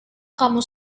kamu